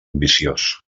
ambiciós